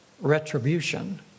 retribution